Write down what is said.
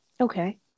Okay